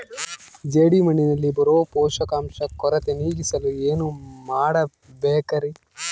ಜೇಡಿಮಣ್ಣಿನಲ್ಲಿ ಬರೋ ಪೋಷಕಾಂಶ ಕೊರತೆ ನೇಗಿಸಲು ಏನು ಮಾಡಬೇಕರಿ?